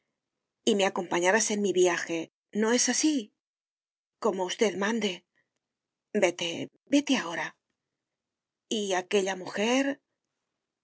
y me acompañarás en mi viaje no es así como usted mande vete vete ahora y aquella mujer